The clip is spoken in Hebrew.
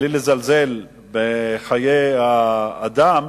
בלי לזלזל בחיי האדם,